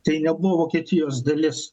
tai nebuvo vokietijos dalis